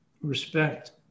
respect